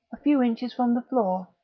a few inches from the floor,